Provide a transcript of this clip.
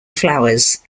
flowers